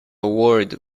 word